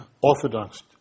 orthodox